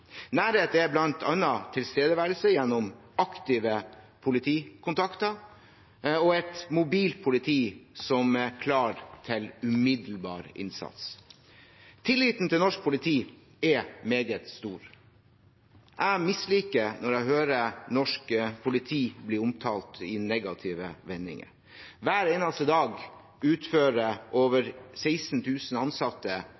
Nærhet er bl.a. tilstedeværelse gjennom aktive politikontakter og et mobilt politi som er klar til umiddelbar innsats. Tilliten til norsk politi er meget stor. Jeg misliker å høre norsk politi bli omtalt i negative vendinger. Hver eneste dag utfører